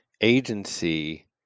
agency